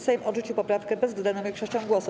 Sejm odrzucił poprawkę bezwzględną większością głosów.